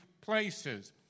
places